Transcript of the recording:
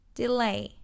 delay